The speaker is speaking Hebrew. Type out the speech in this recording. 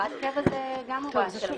הוראת קבע זה גם הוראה --- זה לא הרשאת